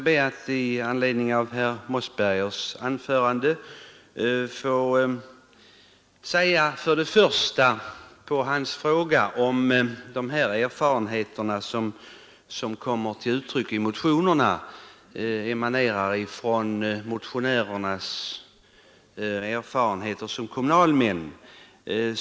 Herr talman! Herr Mossberger frågade om de uppfattningar som har kommit till uttryck i motionerna emanerar från motionärernas erfarenheter som kommunalmän.